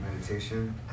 meditation